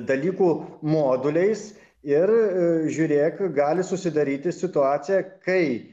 dalykų moduliais ir žiūrėk gali susidaryti situacija kai